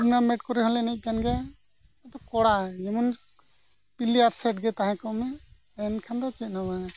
tournament ᱠᱚᱨᱮ ᱦᱚᱸᱞᱮ ᱮᱱᱮᱡ ᱠᱟᱱ ᱜᱮᱭᱟ ᱟᱫᱚ ᱠᱚᱲᱟ ᱡᱮᱢᱚᱱ ᱯᱞᱤᱭᱟᱨᱥ ᱥᱮᱫ ᱜᱮ ᱛᱟᱦᱮᱸ ᱠᱚᱜ ᱢᱟ ᱮᱱᱠᱷᱟᱱ ᱫᱚ ᱪᱮᱫ ᱦᱚᱸ ᱵᱟᱝᱟ